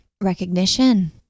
recognition